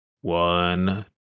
One